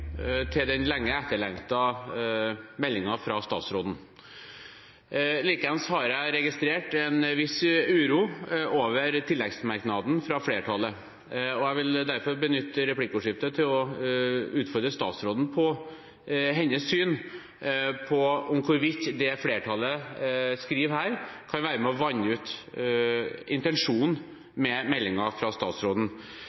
til den lenge etterlengtede meldingen fra statsråden. Likeens har jeg registrert en viss uro over tilleggsmerknaden fra flertallet, og jeg vil derfor benytte replikkordskiftet til å utfordre statsråden på hennes syn på om hvorvidt det flertallet skriver her, kan være med på å vanne ut intensjonen med meldingen fra statsråden.